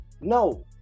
No